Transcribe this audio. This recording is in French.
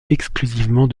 exclusivement